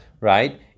right